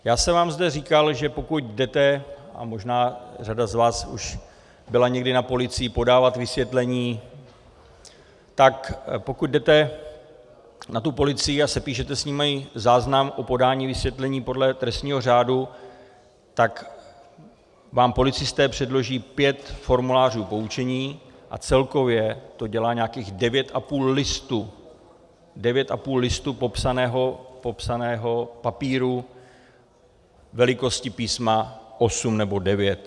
Já jsem vám zde říkal, že pokud jdete a možná, že řada z vás už byla někdy na policii podávat vysvětlení tak pokud jdete na tu policii a sepíšete s nimi záznam o podání vysvětlení podle trestního řádu, tak vám policisté předloží pět formulářů poučení a celkově to dělá nějakých devět a půl listu devět a půl listu popsaného papíru velikosti písma osm nebo devět.